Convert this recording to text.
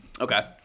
Okay